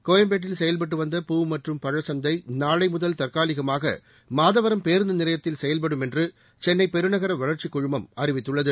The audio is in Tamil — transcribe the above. கோயம்பேட்டில் செயல்பட்டு வந்த பூ மற்றும் பழசந்தை நாளை முதல் தற்காலிகமாக மாதவரம் பேருந்து நிலையத்தில் செயல்படும் என்று சென்னை பெருநகர வளர்ச்சிக் குழுமம் அறிவித்துள்ளது